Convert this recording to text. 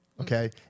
Okay